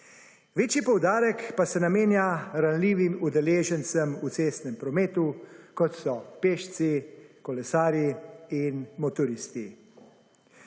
Večji poudarek pa se namenja ranljivim udeležencem v cestnem prometu, kot so pešci, kolesarji in motoristi.